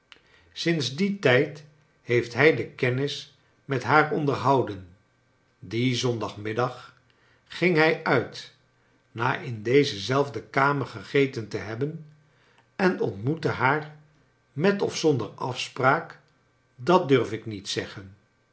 sinds dien tijd heeft hij de kennis met haar onderhouden dien zondagmiddag ging hij uit na in deze zelfde kamer gegeten te hebben en ontmoette haar met of zonder afspraak dat dnrf ik niet zeggen